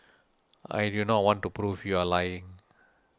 I do not want to prove you are lying